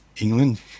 England